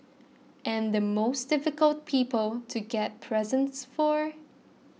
and the most difficult people to get presents for